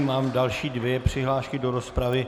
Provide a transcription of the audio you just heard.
Mám další dvě přihlášky do rozpravy.